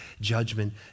Judgment